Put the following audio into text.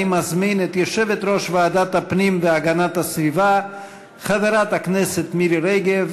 אני מזמין את יושבת-ראש ועדת הפנים והגנת הסביבה חברת הכנסת מירי רגב,